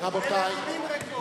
בלי תוכנית מעשית.